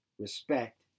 respect